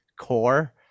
core